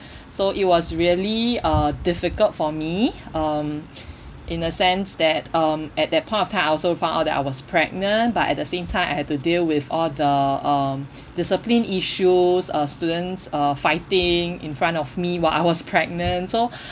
so it was really uh difficult for me um in a sense that um at that point of time I also found out that I was pregnant but at the same time I had to deal with all the um discipline issues uh students uh fighting in front of me while I was pregnant so